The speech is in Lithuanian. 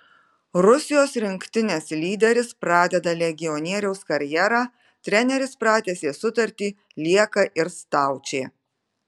rusijos rinktinės lyderis pradeda legionieriaus karjerą treneris pratęsė sutartį lieka ir staučė